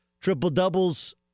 triple-doubles